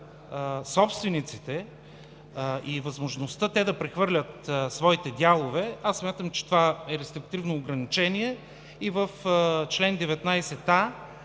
собствениците и възможността те да прехвърлят своите дялове, аз смятам, че това е рестриктивно ограничение и в чл. 19а